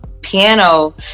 piano